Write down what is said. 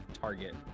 target